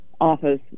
office